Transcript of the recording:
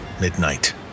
midnight